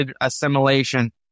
assimilation